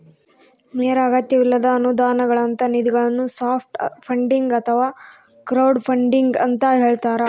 ನೇರ ಅಗತ್ಯವಿಲ್ಲದ ಅನುದಾನಗಳಂತ ನಿಧಿಗಳನ್ನು ಸಾಫ್ಟ್ ಫಂಡಿಂಗ್ ಅಥವಾ ಕ್ರೌಡ್ಫಂಡಿಂಗ ಅಂತ ಹೇಳ್ತಾರ